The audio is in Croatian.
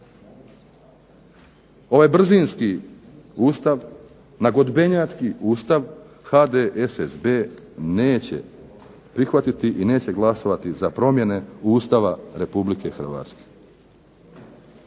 ovaj brzinski Ustav, nagodbenjački Ustav HDSSB neće prihvatiti i neće glasovati za promjene Ustava Republike Hrvatske.